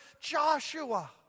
Joshua